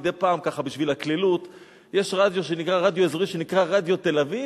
מדי פעם ככה בשביל הקלילות יש רדיו אזורי שנקרא "רדיו תל-אביב",